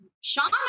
Sean